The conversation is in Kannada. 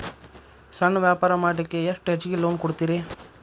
ಸಣ್ಣ ವ್ಯಾಪಾರ ಮಾಡ್ಲಿಕ್ಕೆ ಎಷ್ಟು ಹೆಚ್ಚಿಗಿ ಲೋನ್ ಕೊಡುತ್ತೇರಿ?